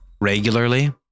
regularly